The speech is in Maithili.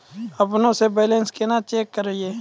अपनों से बैलेंस केना चेक करियै?